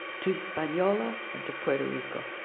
to hispaniola, and to puerto rico.